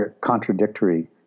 contradictory